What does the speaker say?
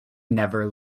never